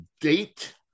date